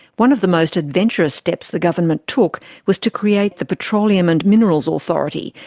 one of the most adventurous steps the government took was to create the petroleum and minerals authority,